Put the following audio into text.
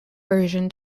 version